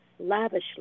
lavishly